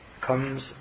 comes